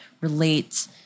relate